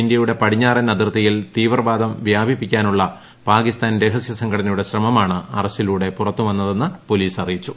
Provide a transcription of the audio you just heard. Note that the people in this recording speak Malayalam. ഇന്ത്യയുടെ പടിഞ്ഞാറൻ അതിർത്തിയിൽ തീവ്രവാദം വ്യാപിപ്പിക്കാനുള്ള പാകിസ്ഥാൻ രഹസ്യ സംഘടനയുടെ ശ്രമമാണ് അറസ്റ്റിലൂടെ പുറത്തു വന്നതെന്ന് പോലീസ് അറിയിച്ചു